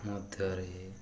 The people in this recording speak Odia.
ମଧ୍ୟରେ